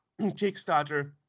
Kickstarter